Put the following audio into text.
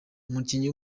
umukinnyi